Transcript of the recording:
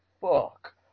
fuck